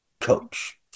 coach